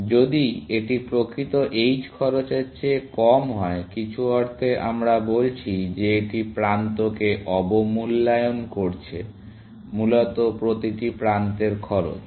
যদি এটি প্রকৃত h খরচের চেয়ে কম হয় কিছু অর্থে আমরা বলছি যে এটি প্রান্তকে অবমূল্যায়ন করছে মূলত প্রতিটি প্রান্তের খরচ